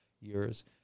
years